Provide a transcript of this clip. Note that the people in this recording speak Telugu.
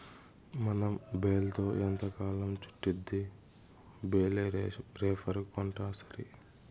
మనం బేల్తో ఎంతకాలం చుట్టిద్ది బేలే రేపర్ కొంటాసరి